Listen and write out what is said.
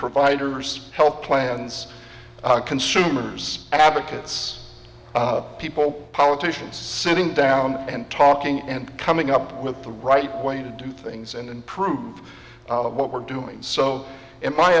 providers health plans consumers advocates people politicians sitting down and talking and coming up with the right way to do things and improve what we're doing so in my